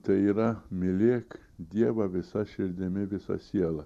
tai yra mylėk dievą visa širdimi visa siela